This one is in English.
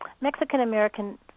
Mexican-American